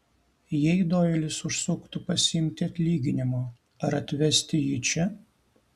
jei doilis užsuktų pasiimti atlyginimo ar atvesti jį čia